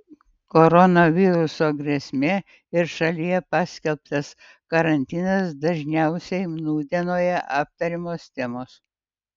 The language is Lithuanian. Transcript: koronaviruso grėsmė ir šalyje paskelbtas karantinas dažniausiai nūdienoje aptariamos temos